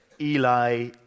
Eli